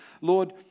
Lord